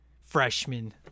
Freshman